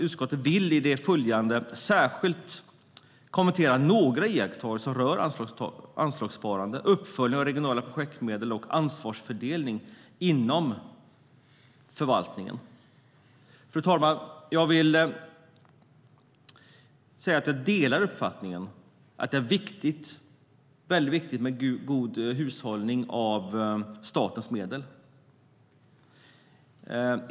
Utskottet vill i det följande särskilt kommentera några iakttagelser som rör anslagssparande, uppföljning av regionala projektmedel och ansvarsfördelning inom förvaltningen. Fru talman! Jag delar uppfattningen att det är viktigt med god hushållning av statens medel.